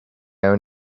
own